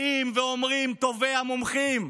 באים ואומרים טובי המומחים,